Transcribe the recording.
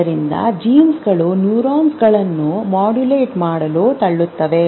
ಆದ್ದರಿಂದ ಜೀನ್ಗಳು ನ್ಯೂರಾನ್ಗಳನ್ನು ಮಾಡ್ಯುಲೇಟ್ ಮಾಡಲು ತಳ್ಳುತ್ತವೆ